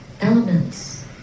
elements